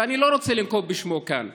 ואני לא רוצה לנקוב בשמו כאן,